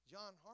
John